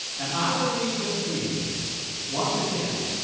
and i believe this week once again,